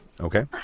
Okay